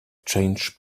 change